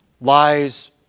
lies